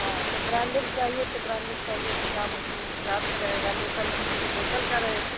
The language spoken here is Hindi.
हाँ तो ब्रांडेड चाहिए तो ब्रांडेड चाहिए तो दाम उसी हिसाब से रहेगा लोकल लेंगी तो लोकल का रेट